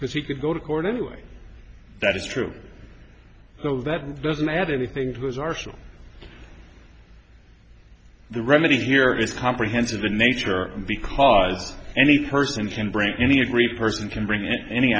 because he could go to court anyway that is true though that doesn't add anything to his arsenal the remedy here is comprehensive the nature and because any person can break any agree person can bring